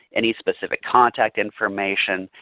any specific contact information,